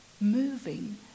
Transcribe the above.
moving